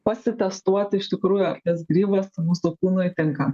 pasitestuoti iš tikrųjų ar tas grybas mūsų kūnui tinka